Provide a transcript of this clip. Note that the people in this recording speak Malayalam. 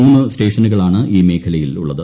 മൂന്നു സ്റ്റേഷനുകളാണ് ഈ മേഖലയിൽ ഉള്ളത്